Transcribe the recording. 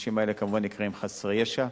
האנשים האלה, כמובן, נקראים חסרי ישע.